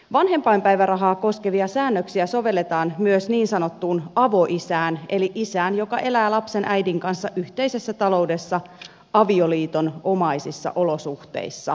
vanhempainpäivärahaa koskevia säännöksiä sovelletaan myös niin sanottuun avoisään eli isään joka elää lapsen äidin kanssa yhteisessä taloudessa avioliitonomaisissa olosuhteissa